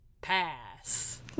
pass